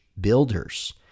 builders